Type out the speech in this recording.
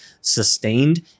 sustained